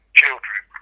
children